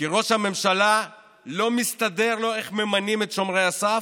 כי לראש הממשלה לא מסתדר איך ממנים את שומרי הסף,